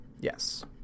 Yes